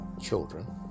children